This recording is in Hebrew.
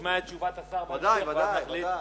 שנשמע את תשובת השר ואז נחליט.